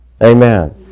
Amen